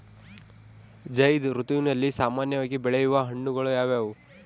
ಝೈಧ್ ಋತುವಿನಲ್ಲಿ ಸಾಮಾನ್ಯವಾಗಿ ಬೆಳೆಯುವ ಹಣ್ಣುಗಳು ಯಾವುವು?